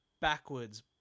backwards